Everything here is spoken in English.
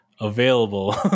available